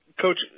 Coach